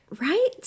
Right